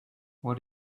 what